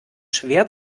schwer